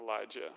Elijah